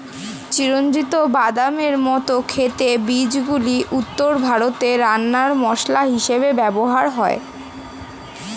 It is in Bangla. চিরঞ্জিত বাদামের মত খেতে বীজগুলি উত্তর ভারতে রান্নার মসলা হিসেবে ব্যবহার হয়